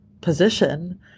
position